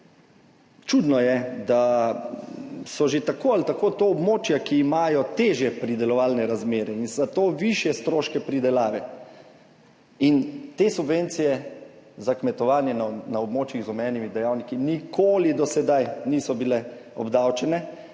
čudno je, da so že tako ali tako to območja, ki imajo težje pridelovalne razmere in za to višje stroške pridelave in te subvencije za kmetovanje na območjih z omejenimi dejavniki nikoli do sedaj niso bile obdavčene,